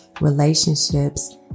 relationships